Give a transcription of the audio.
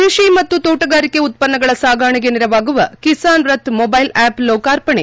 ಕೃಷಿ ಮತ್ತು ತೋಣಗಾರಿಕೆ ಉತ್ವನ್ನಗಳ ಸಾಗಣೆಗೆ ನೆರವಾಗುವ ಕಿಸಾನ್ ರಥ್ ಮೊಬೈಲ್ ು ಆಪ್ ಲೋಕಾರ್ಪಣೆ